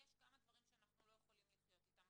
יש כמה דברים שאנחנו לא יכולים לחיות איתם.